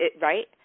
Right